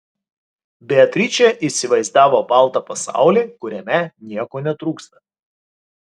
beatričė įsivaizdavo baltą pasaulį kuriame nieko netrūksta